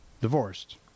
divorced